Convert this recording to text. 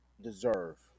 deserve